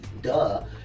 Duh